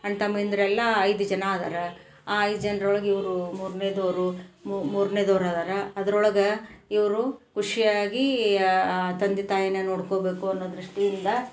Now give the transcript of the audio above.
ಅಣ್ಣ ತಮ್ಮಂದಿರೆಲ್ಲ ಐದು ಜನ ಇದಾರ ಆ ಐದು ಜನ್ರೊಳಗೆ ಇವರು ಮೂರನೆದೋರು ಮೂರ್ನೆದೋರು ಇದಾರ ಅದ್ರೊಳಗೆ ಇವರು ಖುಷಿಯಾಗಿ ಆ ತಂದೆ ತಾಯಿನ ನೋಡ್ಕೊಬೇಕು ಅನ್ನೊ ದೃಷ್ಟಿಯಿಂದ